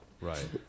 Right